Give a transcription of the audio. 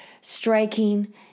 striking